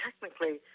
technically